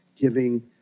giving